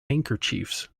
handkerchiefs